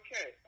okay